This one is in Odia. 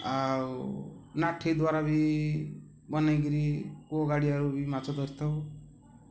ଆଉ ନାଠି ଦ୍ୱାରା ବି ବନେଇକିରି କୂଅ ଗାଡ଼ିଆରୁ ବି ମାଛ ଧରିଥାଉ